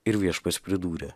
ir viešpats pridūrė